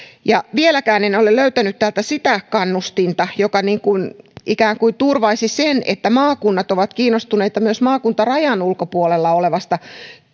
vieläkään en ole löytänyt täältä sitä kannustinta joka ikään kuin turvaisi sen että maakunnat ovat kiinnostuneita myös maakuntarajan ulkopuolella olevasta